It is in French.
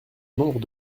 nombre